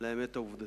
לאמת העובדתית.